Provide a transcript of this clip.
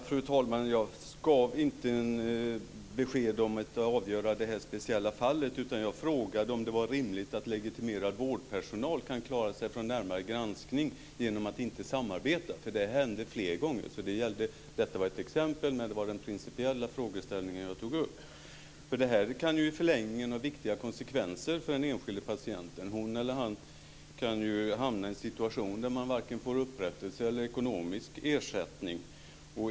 Fru talman! Jag frågade inte om socialministern kunde avgöra det här speciella fallet, utan jag frågade om det var rimligt att legitimerad vårdpersonal kan klara sig från närmare granskning genom att inte samarbeta, för det händer flera gånger. Detta var ett exempel, men det var den principiella frågeställningen jag tog upp. Det här kan i förlängningen få viktiga konsekvenser för den enskilde patienten. Hon eller han kan ju hamna i en situation där man varken får upprättelse eller ekonomisk ersättning.